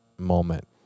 moment